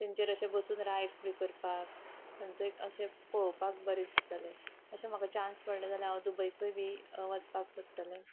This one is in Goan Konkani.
तांचेर अशे बसून रायड्स बी करपाक थंयस अशे पळोवपाक बरें दिसतले अशें म्हाका चान्स पडले जाल्यार हांव दुबयकूय बी वचपाक सोदतले